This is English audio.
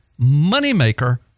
moneymaker